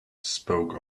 spoke